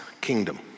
kingdom